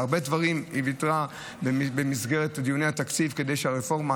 היא ויתרה על הרבה דברים במסגרת דיוני התקציב כדי שהרפורמה,